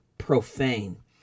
profane